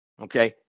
Okay